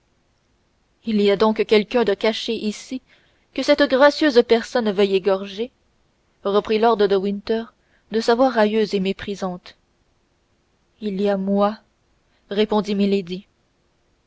il y a donc quelqu'un de caché ici que cette gracieuse personne veuille égorger reprit lord de winter de sa voix railleuse et méprisante il y a moi répondit milady